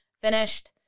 finished